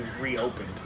reopened